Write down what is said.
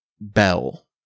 bell